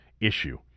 issue